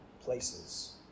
places